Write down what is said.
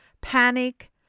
panic